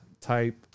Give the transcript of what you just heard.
type